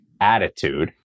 attitude